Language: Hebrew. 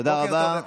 יום טוב לכולם.